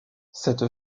cette